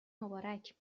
مبارک